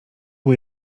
był